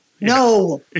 No